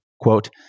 quote